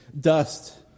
dust